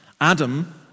Adam